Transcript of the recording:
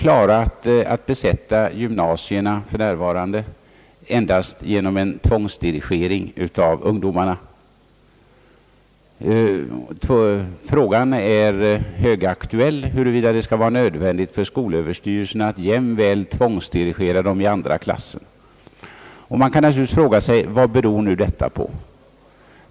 Gymnasiernas motsvarande linjer har kunnat besättas endast genom tvångsdirigering av ungdomarna. Frågan huruvida det skall vara nödvändigt för skolöverstyrelsen att jämväl tvångsdirigera dem i andra klasser är högaktuell. Vad beror nu detta på?